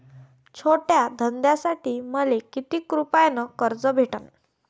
छोट्या धंद्यासाठी मले कितीक रुपयानं कर्ज भेटन?